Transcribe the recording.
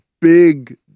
big